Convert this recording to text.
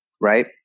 right